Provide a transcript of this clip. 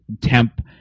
temp